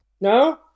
No